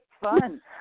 fun